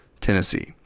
Tennessee